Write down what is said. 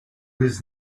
his